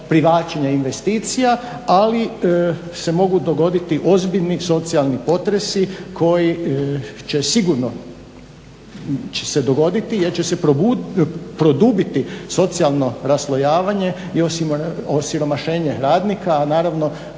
privlačenja investicija, ali se mogu dogoditi ozbiljni socijalni potresi koji će sigurno se dogoditi jer će se produbiti socijalno raslojavanje i osiromašenje radnika, a naravno